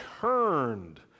turned